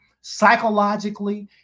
psychologically